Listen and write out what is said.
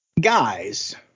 guys